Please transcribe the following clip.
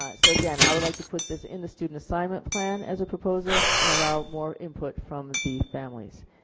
ah so again i would like to put this in the student assignment plan as proposal and allow more input from the families.